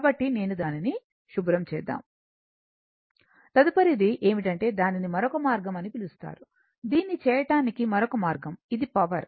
కాబట్టి నేను దానిని శుభ్రం చేస్తాను తదుపరిది ఏమిటంటే దానిని మరొక మార్గం అని పిలుస్తారు దీన్ని చేయటానికి మరొక మార్గం ఇది పవర్